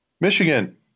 Michigan